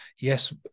yes